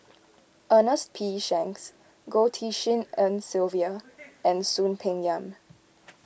Ernest P Shanks Goh Tshin En Sylvia and Soon Peng Yam